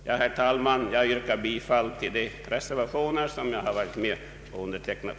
Jag yrkar, herr talman, bifall till de reservationer som jag har undertecknat.